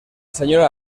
señora